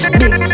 big